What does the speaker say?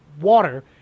water